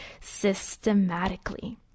systematically